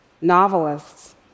novelists